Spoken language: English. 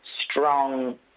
strong